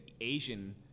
Asian